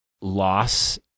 loss